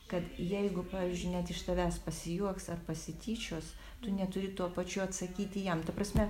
kad jeigu pavyzdžiui net iš tavęs pasijuoks ar pasityčios tu neturi tuo pačiu atsakyti jam ta prasme